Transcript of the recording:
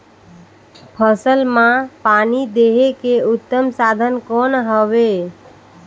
फसल मां पानी देहे के उत्तम साधन कौन हवे?